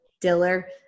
Diller